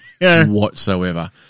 whatsoever